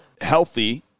healthy